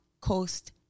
Coast